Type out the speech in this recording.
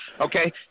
okay